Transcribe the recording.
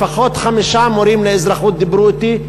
לפחות חמישה מורים לאזרחות דיברו אתי,